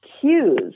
cues